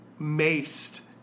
maced